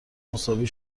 مساوی